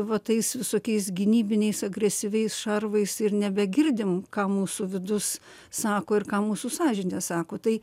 va tais visokiais gynybiniais agresyviais šarvais ir nebegirdim ką mūsų vidus sako ir ką mūsų sąžinė sako tai